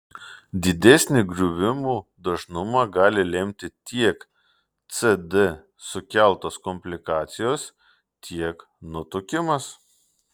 didesnį griuvimų dažnumą gali lemti tiek cd sukeltos komplikacijos tiek nutukimas